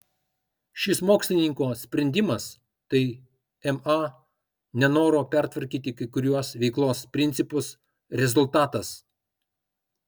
šis mokslininko sprendimas tai ma nenoro pertvarkyti kai kuriuos veiklos principus rezultatas